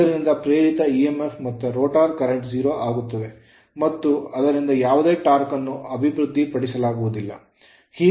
ಆದ್ದರಿಂದ ಪ್ರೇರಿತ emf ಮತ್ತು ರೋಟರ್ current ಪ್ರವಾಹಗಳು 0 ಆಗಿರುತ್ತದೆ ಮತ್ತು ಆದ್ದರಿಂದ ಯಾವುದೇ ಟಾರ್ಕ್ ಅನ್ನು ಅಭಿವೃದ್ಧಿಪಡಿಸಲಾಗುವುದಿಲ್ಲ